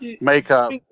makeup